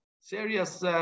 serious